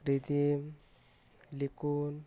rhythm Likun